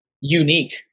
unique